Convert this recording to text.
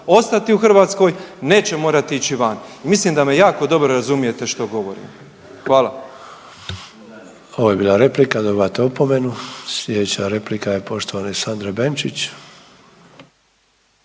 ostati u Hrvatskoj neće morati ići vani. I mislim da me jako dobro razumijete što govorim. Hvala. **Sanader, Ante (HDZ)** Ovo je bila replika, dobivate opomenu. Slijedeća replika je poštovane Sandre Benčić.